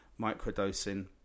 microdosing